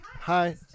Hi